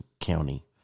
County